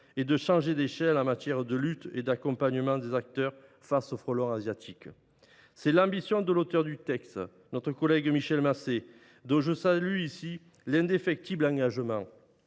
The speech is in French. et de changer d’échelle en matière de lutte et d’accompagnement des acteurs face au frelon asiatique. Telle est l’ambition de l’auteur de cette proposition de loi, notre collègue Michel Masset, dont je salue ici l’indéfectible engagement.